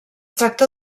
tracta